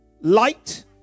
light